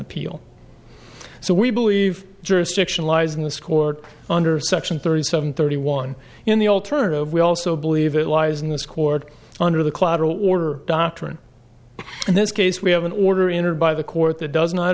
appeal so we believe jurisdiction lies in this court under section thirty seven thirty one in the alternative we also believe it lies in this court under the clowder order doctrine in this case we have an order entered by the court that does not